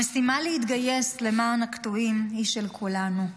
המשימה להתגייס למען הקטועים היא של כולנו.